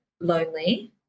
lonely